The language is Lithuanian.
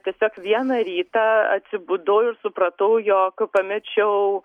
tiesiog vieną rytą atsibudau ir supratau jog pamečiau